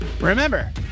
Remember